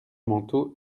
manteau